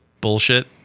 bullshit